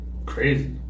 crazy